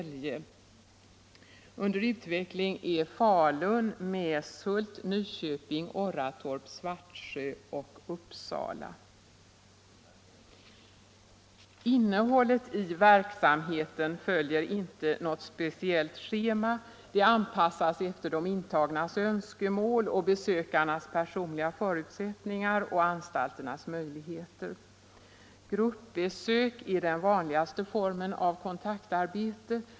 Under utveckling är Falun, Mäshult, Nyköping, Orratorp, Svartsjö och Uppsala. Innehållet i verksamheten följer inte något speciellt schema. Det anpassas efter de intagnas önskemål, besökarnas personliga förutsättningar och anstalternas möjligheter. Gruppbesök är den vanligaste formen av kontaktarbete.